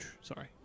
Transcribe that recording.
sorry